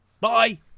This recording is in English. bye